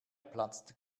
platzt